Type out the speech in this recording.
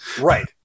Right